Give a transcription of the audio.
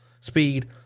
speed